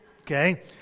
okay